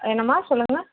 என்னம்மா சொல்லுங்கள்